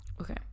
Okay